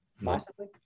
Massively